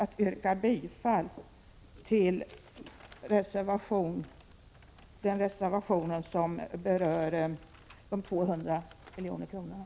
Jag yrkar bifall till reservation 6, som berör de 200 miljonerna.